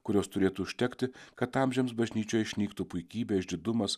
kurios turėtų užtekti kad amžiams bažnyčioje išnyktų puikybė išdidumas